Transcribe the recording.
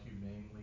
humanely